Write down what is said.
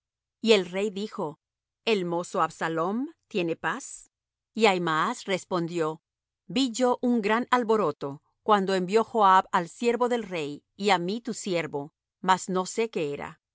y el rey dijo el mozo absalom tiene paz y ahimaas respondió vi yo un grande alboroto cuando envió joab al siervo del rey y á mí tu siervo mas no sé qué era